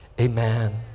amen